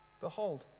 Behold